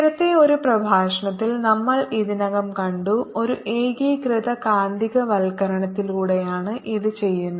നേരത്തെ ഒരു പ്രഭാഷണത്തിൽ നമ്മൾ ഇതിനകം കണ്ടു ഒരു ഏകീകൃത കാന്തികവൽക്കരണത്തിലൂടെയാണ് ഇത് ചെയ്യുന്നത്